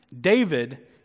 David